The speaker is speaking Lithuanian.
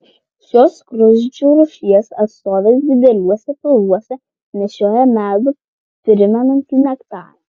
šios skruzdžių rūšies atstovės dideliuose pilvuose nešioja medų primenantį nektarą